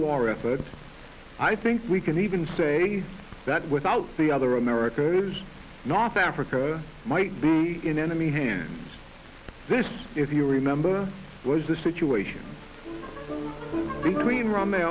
war effort i think we can even say that without the other america north africa might be in enemy hands this if you remember was the situation between